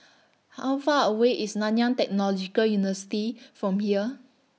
How Far away IS Nanyang Technological University from here